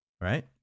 right